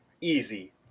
easy